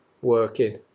working